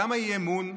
למה אי-אמון?